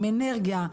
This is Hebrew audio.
אנרגיה,